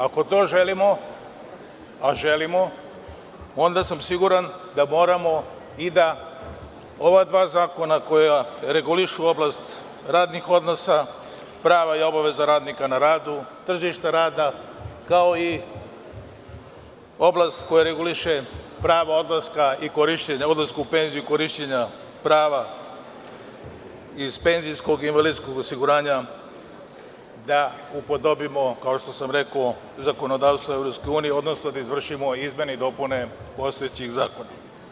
Ako to želimo, a želimo onda sam siguran da moramo i da ova dva zakona koja regulišu oblast radnih odnosa, prava i obaveza radnika na radu, tržište rada kao i oblast koja reguliše prava odlaska i korišćenje odlaska u penziju, korišćenja prava iz penzijskog i invalidskog osiguranja da upodobimo, kao što sam rekao zakonodavstvu EU, odnosno da izvršimo izmene i dopune postojećih zakona.